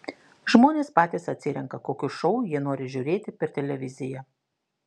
žmonės patys atsirenka kokius šou jie nori žiūrėti per televiziją